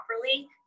properly